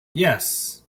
yes